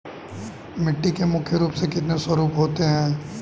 मिट्टी के मुख्य रूप से कितने स्वरूप होते हैं?